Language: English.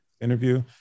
interview